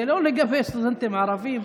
זה לא לגבי סטודנטים ערבים,